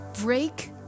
break